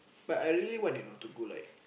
but I really want you know to go like